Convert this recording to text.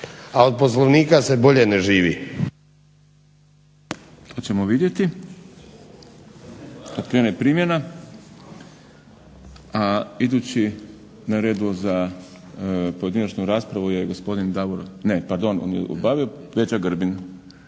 a od Poslovnika se bolje ne živi. **Šprem, Boris (SDP)** To ćemo vidjeti kad krene primjena. A idući na redu za pojedinačnu raspravu je gospodin Davor, ne pardon on je obavio Peđa Grbin.